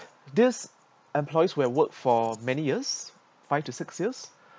this employee who had worked for many years five to six years